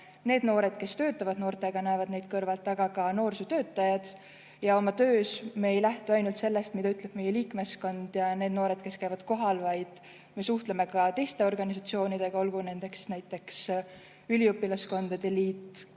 ka need, kes töötavad noortega, näevad neid kõrvalt, ka noorsootöötajad. Oma töös me ei lähtu ainult sellest, mida ütleb meie liikmeskond ja need noored, kes käivad kohal, vaid me suhtleme ka teiste organisatsioonidega, olgu nendeks näiteks üliõpilaskondade liit,